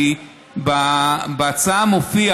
כי בהצעה מופיע